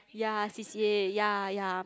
ya C_C_A ya ya